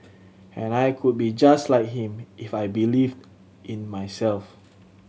and I could be just like him if I believed in myself